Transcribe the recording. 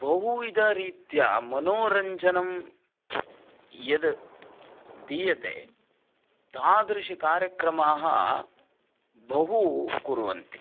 बहुविधरीत्या मनोरञ्जनं यद् दीयते तादृशकार्यक्रमान् बहु कुर्वन्ति